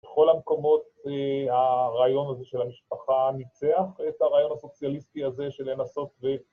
בכל המקומות הרעיון הזה של המשפחה ניצח את הרעיון הסוציאליסטי הזה של אין הסוף ואין...